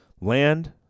land